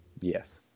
Yes